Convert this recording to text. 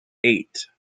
eight